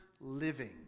living